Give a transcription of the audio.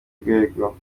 rwego